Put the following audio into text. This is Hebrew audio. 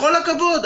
בכל הכבוד,